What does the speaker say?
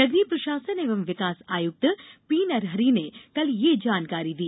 नगरीय प्रशासन एवं विकास आयुक्त पी नरहरि ने कल यह जानकारी दी